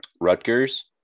Rutgers